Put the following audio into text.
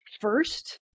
first